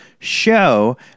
show